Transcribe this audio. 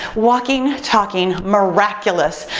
walking, talking, miraculous,